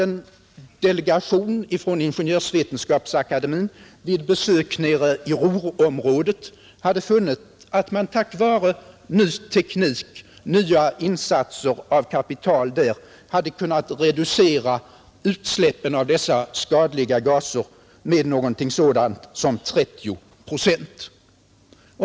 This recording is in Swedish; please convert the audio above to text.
En delegation från Ingenjörsvetenskapsakademien har vid besök i Ruhrområdet för fjorton dagar sedan funnit att man tack vare ny teknik och nya insatser av kapital hade kunnat reducera utsläppet av dessa skadliga gaser med omkring 30 procent.